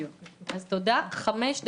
תודה רבה.